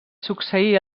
succeí